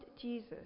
Jesus